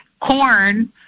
corn